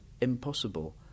impossible